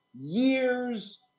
years